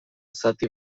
zati